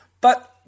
But-